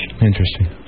Interesting